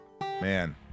Man